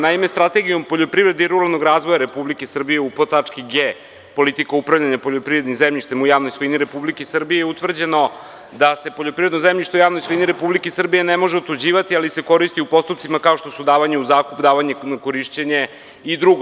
Naime, Strategijom poljoprivrede i ruralnog razvoja Republike Srbije, u podtački g) – politika upravljanja poljoprivrednim zemljištem u javnoj svojini Republike Srbije, utvrđeno je da se poljoprivredno zemljište u javnoj svojini Republike Srbije ne može otuđivati, ali se koristi u postupcima kao što su davanje u zakup, davanje na korišćenje i drugo.